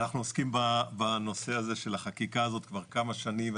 אנחנו עוסקים בנושא של החקיקה הזאת כבר כמה שנים,